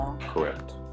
correct